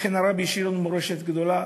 הרבי השאיר לנו מורשת גדולה,